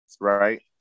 right